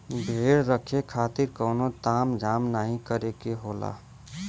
भेड़ रखे खातिर कउनो ताम झाम नाहीं करे के होला